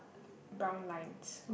brown lines